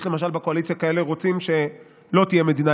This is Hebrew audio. יש למשל בקואליציה כאלה רוצים שלא תהיה מדינה